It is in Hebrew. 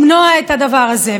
למנוע את הדבר הזה.